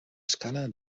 escala